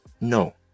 no